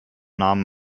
namen